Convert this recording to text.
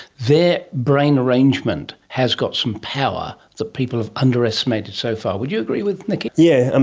their brain arrangement has got some power that people have underestimated so far. would you agree with nicky? yeah and